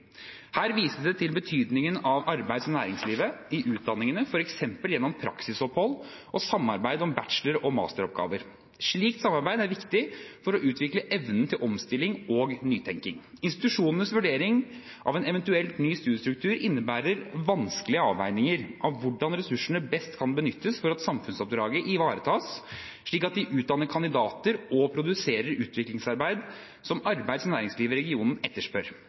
Her vises det til betydningen av samarbeid med arbeids- og næringslivet i utdanningene, f.eks. gjennom praksisopphold og samarbeid om bachelor- og masteroppgaver. Slikt samarbeid er viktig for å utvikle evnen til omstilling og nytenkning. Institusjonenes vurdering av en eventuell ny studiestedsstruktur innebærer vanskelige avveininger av hvordan ressursene best kan benyttes for at samfunnsoppdraget ivaretas, slik at de utdanner kandidater og produserer utviklingsarbeid som arbeids- og næringslivet i regionen etterspør.